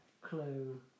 clue